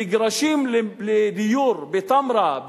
מגרשים לדיור בתמרה,